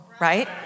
Right